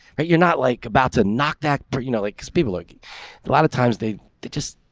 but you're not like about to knock that, but you know like because people like a lot of times they they just,